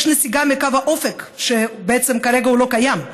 יש נסיגה מקו האופק, שבעצם כרגע הוא לא קיים.